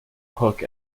hook